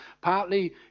partly